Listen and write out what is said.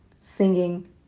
singing